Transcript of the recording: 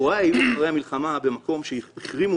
הורי שהו אחרי המלחמה במקום שהחרימו